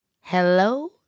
hello